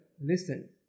listen